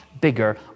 bigger